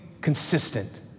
consistent